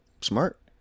Smart